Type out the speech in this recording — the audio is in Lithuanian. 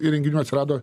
įrenginių atsirado